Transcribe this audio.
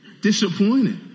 disappointed